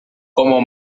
como